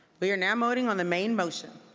we are now voting on the main motion.